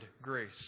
grace